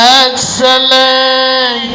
excellent